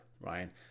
right